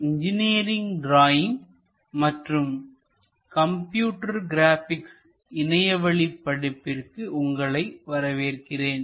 NPTEL லின் engineering drawing மற்றும் computer graphics இணையவழி படிப்பிற்கு உங்களை வரவேற்கிறேன்